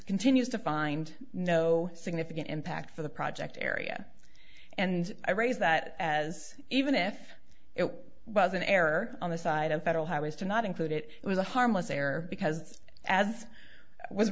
continues to find no significant impact for the project area and i raise that as even if it was an error on the side of federal highways to not include it it was a harmless error because as w